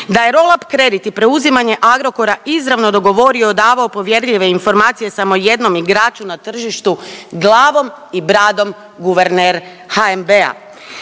da je roll up kredit i preuzimanje Agrokora izravno dogovorio i odavao povjerljive informacije samo jednom igraču na tržištu glavom i bradom guverner HNB-a,